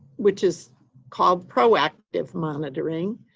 which is called proactive monitoring,